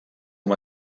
com